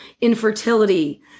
infertility